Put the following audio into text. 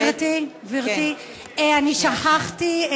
גברתי, גברתי, אני שכחתי.